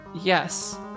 yes